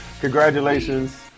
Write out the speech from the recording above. congratulations